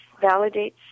validates